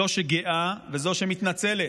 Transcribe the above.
זאת שגאה וזאת שמתנצלת,